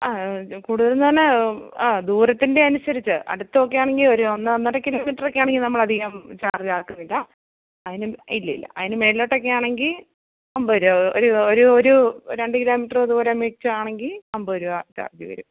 ആ കൂടുതലെന്നു പറഞ്ഞാൽ ആ ദൂരത്തിൻ്റെ അനുസരിച്ച് അടുത്തൊക്കെയാണെങ്കിൽ ഒരു ഒന്നൊന്നര കിലോ മീറ്ററൊക്കെയാണെങ്കിൽ നമ്മളധികം ചാർജ് ആക്കുന്നില്ല അതിനും ഇല്ലയില്ല അതിനു മുകളിലോട്ടൊക്കെയാണെങ്കിൽ അൻപത് രൂപ ഒരു ഒരു ഒരു രണ്ട് കിലോ മീറ്റർ ദൂരം വെച്ചാണെങ്കിൽ അൻപത് രൂപ ചാർജ് വരും